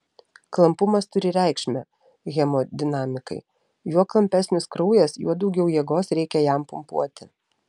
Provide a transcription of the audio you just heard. klampumas turi reikšmę hemodinamikai juo klampesnis kraujas juo daugiau jėgos reikia jam pumpuoti